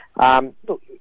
Look